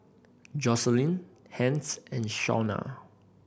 Joselin Hence and Shawnna